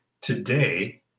Today